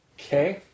Okay